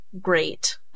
great